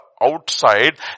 outside